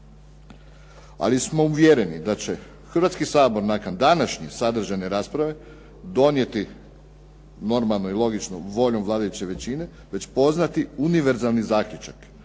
Ali smo uvjereni da će Hrvatski sabor nakon današnje sadržane rasprave donijeti, normalno i logično voljom vladajuće većine već poznati univerzalni zaključak: